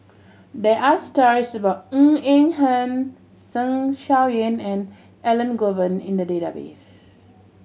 there are stories about Ng Eng Hen Zeng Shouyin and Elangovan in the database